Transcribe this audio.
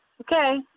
Okay